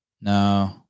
No